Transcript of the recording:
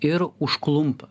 ir užklumpa